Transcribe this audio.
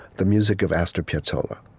the music of astor piazzolla.